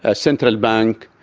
ah central bank,